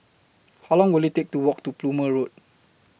How Long Will IT Take to Walk to Plumer Road